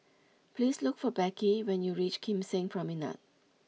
please look for Becky when you reach Kim Seng Promenade